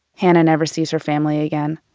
hana never sees her family again.